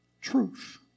truth